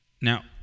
Now